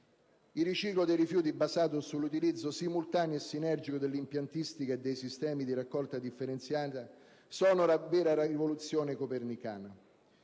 Il riciclo dei rifiuti, basato sull'utilizzo simultaneo e sinergico dell'impiantistica e dei sistemi di raccolta differenziata, è la vera rivoluzione copernicana.